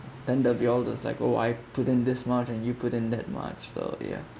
then that'll be all just like oh I put in this much and you put in that much so ya